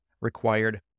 required